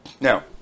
Now